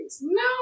No